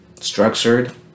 structured